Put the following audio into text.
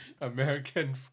American